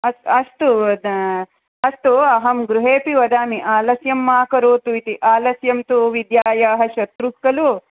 अस्तु अस्तु अहं गृहेपि वदामि आलस्यं मा करोतु इति आलस्यं तु विद्यायाः शत्रुः खलु